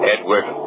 Edward